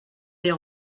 des